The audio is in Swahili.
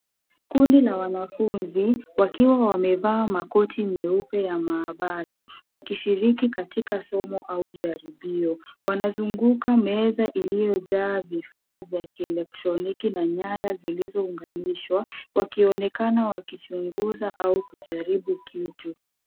Kundi la wanafunzi wakiwa wamevaa makoti meupe ya maabara wakishiriki katika somo au jaribio. Wanazunguka meza iliyojaa vifaa vya kielektroniki na nyaya zilizounganishwa wakionekana wakichunguza au kujaribu kitu.